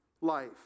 life